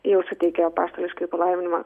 jau suteikė apaštališkąjį palaiminimą